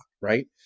right